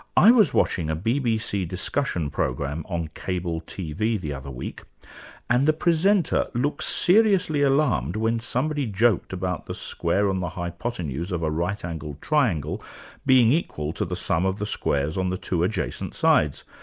i was watching a bbc discussion program on cable tv the other week and the presenter looked seriously alarmed when somebody joked about the square on the hypotenuse of a right-angled triangle being equal to the sum of the squares on the two adjacent sides.